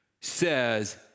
says